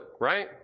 right